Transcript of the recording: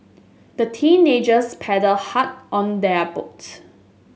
the teenagers paddled hard on their boat